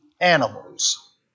animals